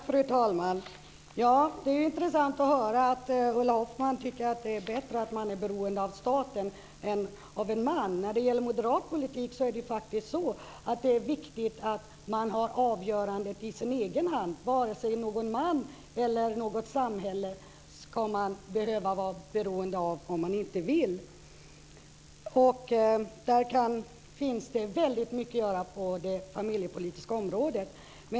Fru talman! Det är intressant att höra att Ulla Hoffmann tycker att det är bättre att man är beroende av staten än av en man. I moderat politik är det viktigt att man har avgörandet i sin egen hand. Man ska inte behöva vara beroende av vare sig en man eller ett samhälle, om man inte vill. Det finns väldigt mycket att göra på det familjepolitiska området.